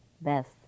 best